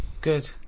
Good